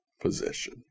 possession